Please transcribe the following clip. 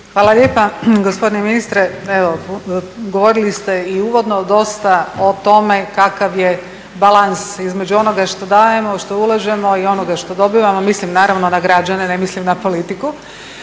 Hvala lijepa. Gospodine ministre evo govorili ste i uvodno dosta o tome kakav je balans između onoga što dajemo i što ulažemo i onoga što dobivamo, mislim naravno na građane ne mislim na politiku.